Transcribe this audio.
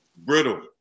brittle